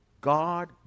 God